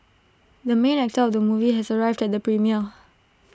the main actor of the movie has arrived at the premiere